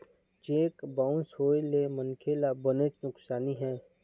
cheque bounce होए ले मनखे ल बनेच नुकसानी हे